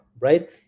Right